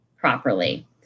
properly